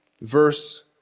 verse